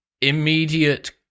immediate